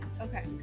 Okay